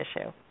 issue